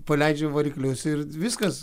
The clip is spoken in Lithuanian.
paleidžia variklius ir viskas